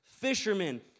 fishermen